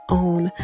own